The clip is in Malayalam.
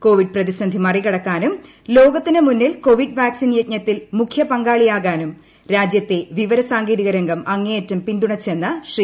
കോവിഡ് പ്രതിസന്ധി മറികടക്കാനും ലോകത്തിനു മുന്നിൽ കോവിഡ് വാക്സിൻ യജ്ഞത്തിൽ മുഖ്യ പങ്കാളിയാകാനും രാജ്യത്തെ വിവര സാങ്കേതിക രംഗം അങ്ങേയറ്റം പിന്തുണച്ചെന്ന് ശ്രീ